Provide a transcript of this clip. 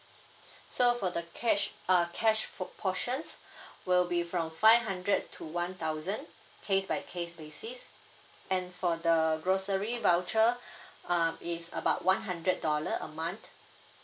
so for the cash uh cash for portions will be from five hundred to one thousand case by case basis and for the grocery voucher um is about one hundred dollar a month